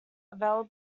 available